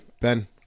Ben